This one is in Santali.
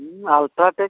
ᱦᱮᱸ ᱟᱞᱴᱨᱟᱴᱮᱠ